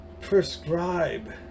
prescribe